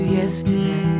yesterday